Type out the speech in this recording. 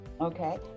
Okay